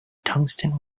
tungsten